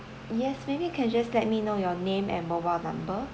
yes maybe you can just let me know your name and mobile number